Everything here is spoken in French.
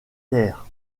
terres